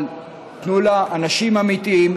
אבל תנו לה אנשים אמיתיים,